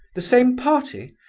the same party?